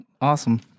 Awesome